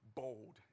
bold